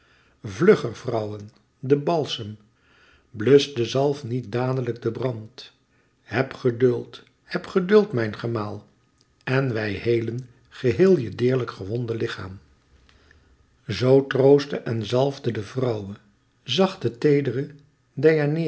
vlugger vrouwen den balsem bluscht de zalf niet dadelijk den brand heb geduld heb geduld mijn gemaal en wij heelen geheel je deerlijk gewonde lichaam zoo troostte en zalfde de vrouwe zachte teedere